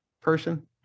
person